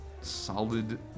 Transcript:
solid